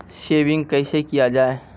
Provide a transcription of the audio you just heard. Saving कैसै किया जाय?